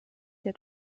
der